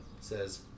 says